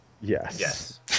Yes